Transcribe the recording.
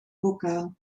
bokaal